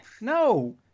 no